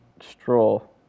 Stroll